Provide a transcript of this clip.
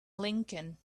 lincoln